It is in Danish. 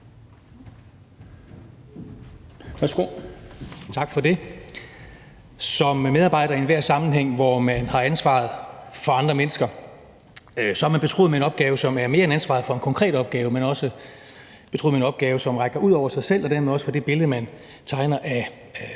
Som medarbejder i enhver sammenhæng, hvor man har ansvaret for andre mennesker, er man betroet en opgave, som er mere end ansvaret for en konkret opgave, men også betroet en opgave, som rækker ud over en selv og derved også for det billede, man tegner af